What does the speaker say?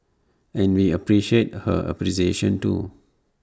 and we appreciate her appreciation too